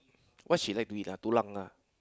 what she like to eat ah tulang ah